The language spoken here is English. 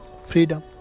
freedom